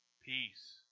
peace